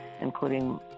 including